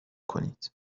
کنید